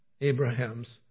Abraham's